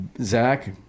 Zach